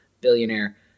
billionaire